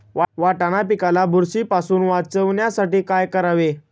वाटाणा पिकाला बुरशीपासून वाचवण्यासाठी काय करावे?